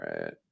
right